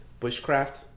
bushcraft